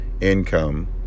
income